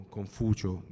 Confucio